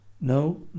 No